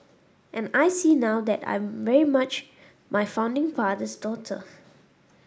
and I see now that I'm very much my founding father's daughter